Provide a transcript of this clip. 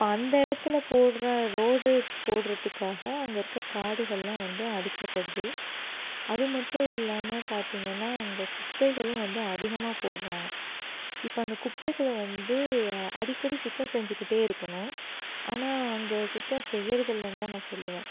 இப்போ அந்த இடத்தில் போடுகிற ரோடு போடுகிறதுக்காக அங்கே இருக்க காடுகள்லாம் வந்து அழிக்கப்படுது அது மட்டும் இல்லாமல் பார்த்தீங்கன்னா அங்கே குப்பைகளும் வந்து அதிகமாக போடுகிறாங்க இப்போ அந்த குப்பைகளை வந்து அடிக்கடி சுத்தம் செஞ்சுக்கிட்டே இருக்கணும் ஆனால் அங்கே சுத்தம் செய்கிறது இல்லைன்னு தான் நான் சொல்லுவேன்